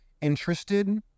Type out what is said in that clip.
interested